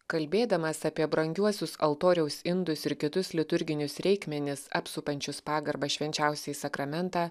kalbėdamas apie brangiuosius altoriaus indus ir kitus liturginius reikmenis apsupančius pagarbą švenčiausiąjį sakramentą